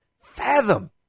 fathom